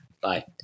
Bye